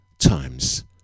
times